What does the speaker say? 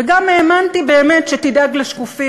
וגם האמנתי באמת שתדאג לשקופים,